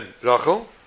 Rachel